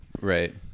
right